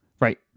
right